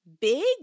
big